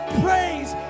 praise